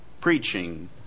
preaching